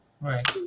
Right